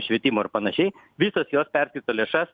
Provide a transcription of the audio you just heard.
švietimo ir panašiai visos jos perskirsto lėšas